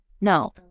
No